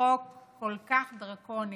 חוק כל כך דרקוני,